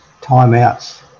timeouts